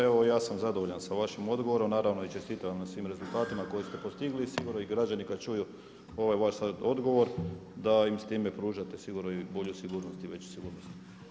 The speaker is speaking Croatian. Evo ja sam zadovoljan sa vašim odgovorom, naravno i čestitam vam na svim rezultatima koje ste postigli i sigurno i građani kada čuju ovaj vaš sada odgovor da im s time pružate sigurno i bolju sigurnost i veću sigurnost.